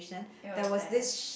it was there